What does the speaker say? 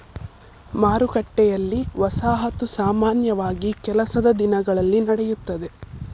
ಮಾರುಕಟ್ಟೆಯಲ್ಲಿ, ವಸಾಹತು ಸಾಮಾನ್ಯವಾಗಿ ಕೆಲಸದ ದಿನಗಳಲ್ಲಿ ನಡೆಯುತ್ತದೆ